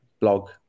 blog